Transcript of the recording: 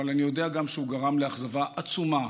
אבל אני גם יודע שזה גרם לאכזבה עצומה